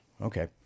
Okay